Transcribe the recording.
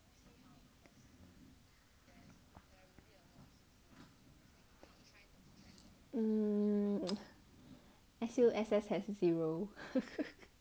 mm S_U_S_S has zero